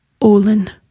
Olin